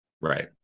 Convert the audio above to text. right